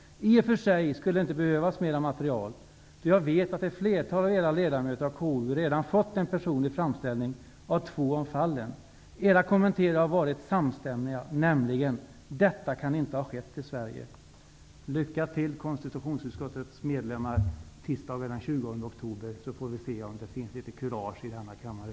I och för sig skulle det inte behövas mera material, ty jag vet att ett flertal av er ledamöter av KU redan fått en personlig framställning om två av fallen. Era kommentarer har varit samstämmiga, nämligen: Detta kan inte ha skett i Sverige. Lycka till konstitutionsutskottets medlemmar tisdagen den 20 oktober! Sedan får vi se om det finns litet kurage i denna kammare.